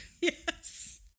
Yes